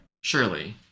surely